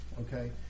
okay